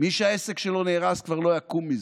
מי שהעסק שלו נהרס כבר לא יקום מזה.